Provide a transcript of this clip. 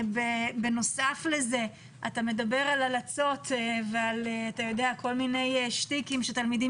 בנוסף לזה אתה מדבר על הלצות ועל כל מיני שטיקים שתלמידים